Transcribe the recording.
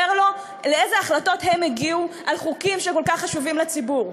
לו לאילו החלטות הם הגיעו על חוקים שכל כך חשובים לציבור?